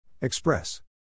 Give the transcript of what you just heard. Express